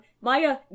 Maya